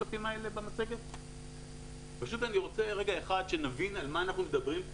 אני רוצה רגע אחד שנבין על מה אנחנו מדברים.